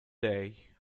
day